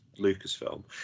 lucasfilm